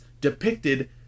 depicted